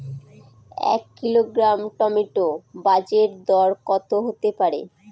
এক kilogram tomato বাজের দরকত হতে পারে?